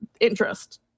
interest